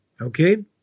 Okay